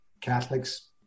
Catholics